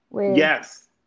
yes